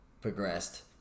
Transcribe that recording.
progressed